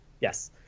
Yes